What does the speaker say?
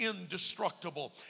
indestructible